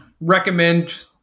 recommend